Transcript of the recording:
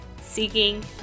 seeking